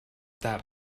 that